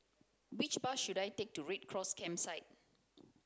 which bus should I take to Red Cross Campsite